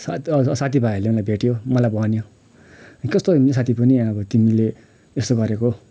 साथ साथीभाइहरूले मलाई भेट्यो मलाई भन्यो कस्तो साथी पनि अब तिमीले यसो गरेको